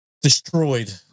destroyed